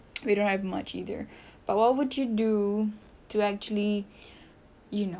we don't have much either but what would you do to actually you know